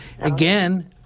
again